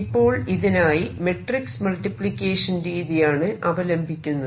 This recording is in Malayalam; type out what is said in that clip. ഇപ്പോൾ ഇതിനായി മെട്രിക്സ് മൾട്ടിപ്ലിക്കേഷൻ രീതിയാണ് അവലംബിക്കുന്നത്